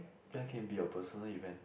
that can be your personal event